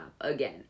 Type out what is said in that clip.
again